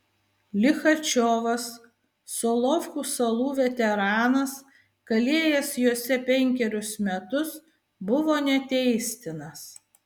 lichačiovas solovkų salų veteranas kalėjęs jose penkerius metus buvo neteistinas